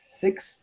six